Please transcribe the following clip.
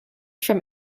from